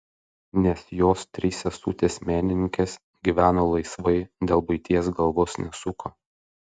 nes jos trys sesutės menininkės gyveno laisvai dėl buities galvos nesuko